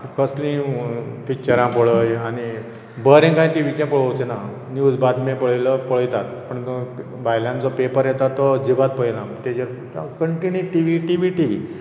कसलीं पिक्चरां पळय आनी बरें कांय टी व्हीचेर पळयचे ना न्यूझ बातम्यो लोक पळयतात पूण भायल्यान जो पेपर येता तो अजीबात पळयनात continue T V T V T V